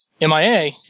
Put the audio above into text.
MIA